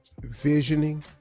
visioning